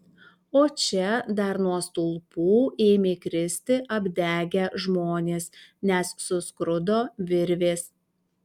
o čia dar nuo stulpų ėmė kristi apdegę žmonės nes suskrudo virvės